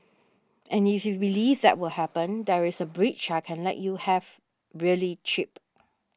and if you believe that will happen there is a bridge I can let you have really cheap